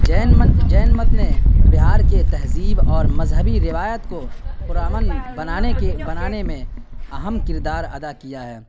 جین مت جین مت نے بہار کے تہذیب اور مذہبی روایت کو پرامن بنانے کے بنانے میں اہم کردار ادا کیا ہے